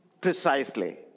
precisely